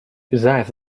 besides